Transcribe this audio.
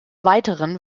weiteren